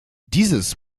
dieses